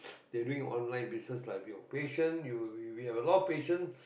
they doing online business lah patience if you have a lot of patience